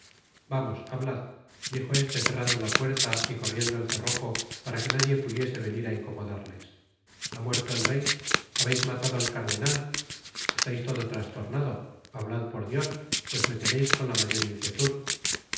vamos hablad dijo este cerrando la puerta y corriendo el cerrojo para que nadie pudiese venir á incomodarles ha muerto el rey habeis matado al cardenal estais todo trastornado hablad por dios pues me teneis con la mayor inquietud